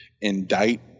indict